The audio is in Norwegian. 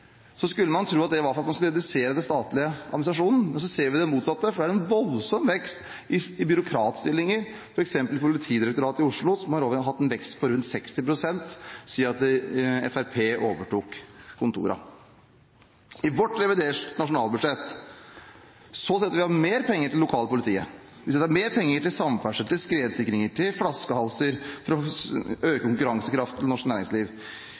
så ser vi det motsatte: Det er en voldsom vekst i byråkratstillinger, f.eks. i Politidirektoratet i Oslo, som har hatt en vekst på rundt 60 pst. siden Fremskrittspartiet overtok regjeringskontorene. I vårt reviderte nasjonalbudsjett setter vi av mer penger til lokalt politi. Vi setter av mer penger til samferdsel, til skredsikringer, til flaskehalser, for å øke konkurransekraften i norsk næringsliv,